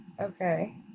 Okay